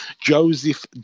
Joseph